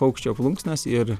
paukščio plunksnas ir